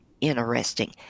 interesting